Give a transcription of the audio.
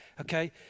Okay